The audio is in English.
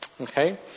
Okay